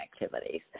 activities